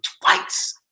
twice